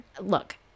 Look